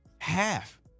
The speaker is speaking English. half